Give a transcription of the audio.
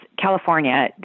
California